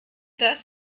das